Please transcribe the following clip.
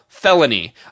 felony